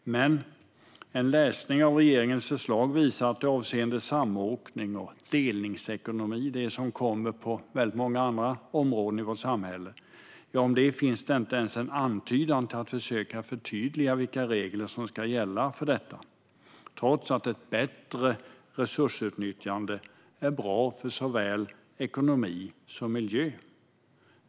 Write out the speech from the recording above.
Men en läsning av regeringens förslag visar att det avseende samåkning och delningsekonomi - som kommer på många andra områden i vårt samhälle - inte ens finns en antydan till att försöka förtydliga vilka regler som ska gälla för det, trots att ett bättre resursutnyttjande är bra för såväl ekonomi som miljö.